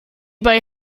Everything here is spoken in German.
bei